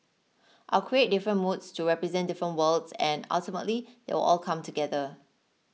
I'll create different moods to represent different worlds and ultimately they will all come together